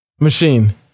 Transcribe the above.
Machine